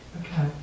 Okay